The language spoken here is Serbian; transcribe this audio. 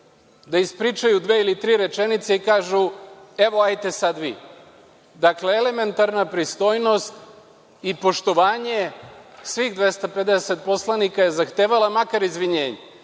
da ispričaju dve ili tri rečenice i kažu – evo, hajde sad vi. Dakle, elementarna pristojnost i poštovanje svih 250 poslanika je zahtevalo makar izvinjenje. Ja